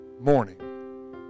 Morning